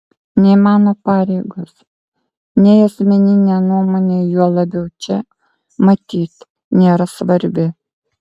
nei mano pareigos nei asmeninė nuomonė juo labiau čia matyt nėra svarbi